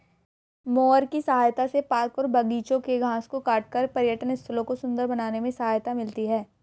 mower की सहायता से पार्क और बागिचों के घास को काटकर पर्यटन स्थलों को सुन्दर बनाने में सहायता मिलती है